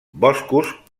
boscos